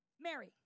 Mary